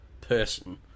person